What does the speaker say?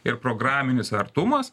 ir programinis artumas